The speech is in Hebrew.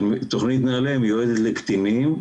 תוכנית נעל"ה מיועדת לקטינים,